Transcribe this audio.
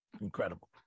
Incredible